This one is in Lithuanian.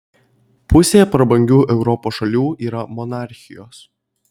pusė prabangių europos šalių yra monarchijos